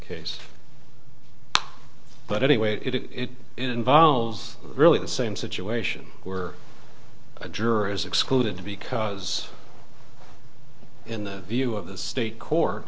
case but anyway it involves really the same situation where a juror is excluded because in the view of the stake